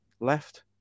left